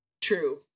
true